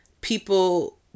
people